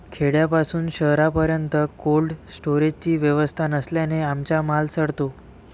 खेड्यापासून शहरापर्यंत कोल्ड स्टोरेजची व्यवस्था नसल्याने आमचा माल सडतो